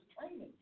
training